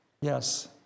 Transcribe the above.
Yes